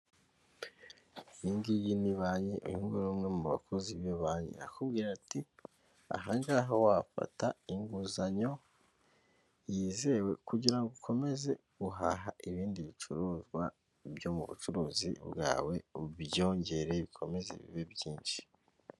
Iyi ngiyi ni banki, uyu nguyu ni umwe mu bakozi ba banki. Arakubwira ati aha ngaha wafata inguzanyo yizewe kugira ngo ukomeze guhaha ibindi bicuruzwa byo mu bucuruzi bwawe, ubyongere bikomeze bibe byinshi.